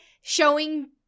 showing